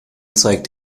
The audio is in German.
zeigt